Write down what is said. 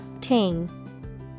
Ting